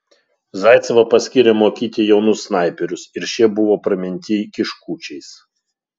zaicevą paskyrė mokyti jaunus snaiperius ir šie buvo praminti kiškučiais